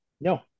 no